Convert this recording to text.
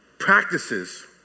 Practices